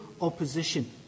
opposition